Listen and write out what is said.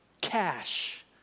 Cash